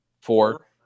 Four